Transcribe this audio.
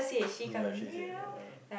ya she said ah